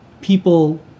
people